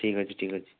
ଠିକ୍ ଅଛି ଠିକ୍ ଅଛି